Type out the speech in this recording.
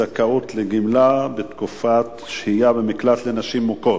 זכאות לגמלה בתקופת שהייה במקלט לנשים מוכות).